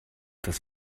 das